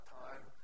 time